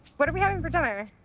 what are we having for dinner?